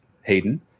Hayden